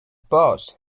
boss